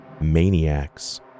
maniacs